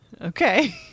Okay